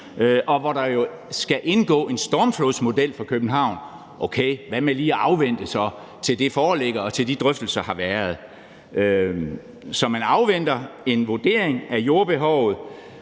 og hvor der jo skal indgå en stormflodsmodel for København. Okay, hvad med så lige at afvente, til det foreligger, og til de drøftelser har været der, så man afventer en vurdering af jordbehovet?